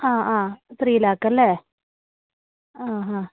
ആ ആ ത്രീ ലാക്കല്ലേ ആ ഹാ